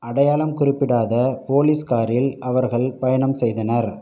அடையாளம் குறிப்பிடாத போலீஸ் காரில் அவர்கள் பயணம் செய்தனர்